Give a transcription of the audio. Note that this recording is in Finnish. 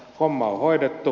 homma on hoidettu